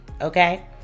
okay